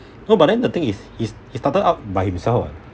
no but then the thing is he's he started out by himself [what]